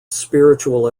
spiritual